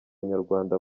nyarwanda